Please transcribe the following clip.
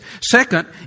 Second